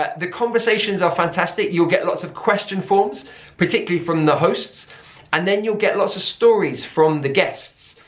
ah the conversations are fantastic. you'll get lot of question forms particularly from the hosts and then you'll get lots of stories from the guests.